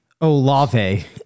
Olave